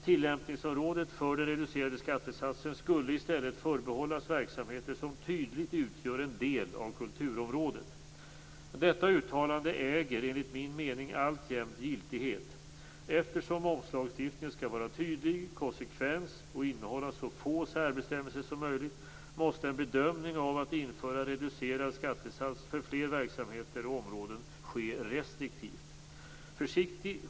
Tillämpningsområdet för den reducerade skattesatsen skulle i stället förbehållas verksamheter som tydligt utgör en del av kulturområdet. Detta uttalande äger enligt min mening alltjämt giltighet. Eftersom momslagstiftningen skall vara tydlig, konsekvent och innehålla så få särbestämmelser som möjligt måste en bedömning av att införa reducerad skattesats för fler verksamheter och områden ske restriktivt.